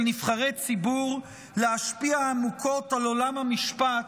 נבחרי ציבור להשפיע עמוקות על עולם המשפט,